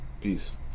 Peace